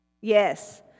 Yes